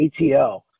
ATL